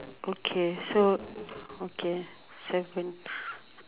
okay so okay circle